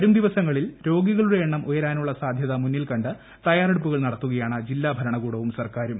വരും ദിവസങ്ങളിൽ രോഗികളുടെ എണ്ണം ഉയരാനുള്ള സാധ്യത മുന്നിൽ കണ്ട് തയ്യാറെടുപ്പുകൾ നടത്തുകയാണ് ജില്ലാ ഭരണകൂടവും സർക്കാരും